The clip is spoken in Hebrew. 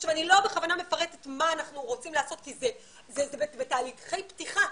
אני לא בכוונה מפרטת מה אנחנו רוצים לעשות כי זה בתהליכי פתיחה,